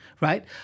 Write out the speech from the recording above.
right